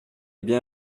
bien